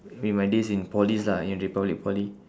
during my days in polys lah in republic poly